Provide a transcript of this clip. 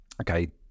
okay